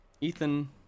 ethan